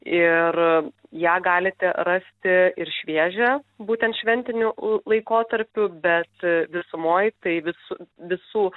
ir ją galite rasti ir šviežią būtent šventiniu laikotarpiu bet visumoj tai vis visų